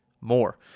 more